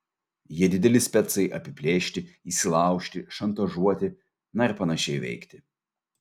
jie dideli specai apiplėšti įsilaužti šantažuoti na ir panašiai veikti